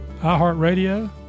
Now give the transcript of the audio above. iHeartRadio